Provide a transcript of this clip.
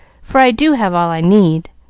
for i do have all i need.